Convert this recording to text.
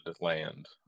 Land